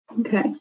Okay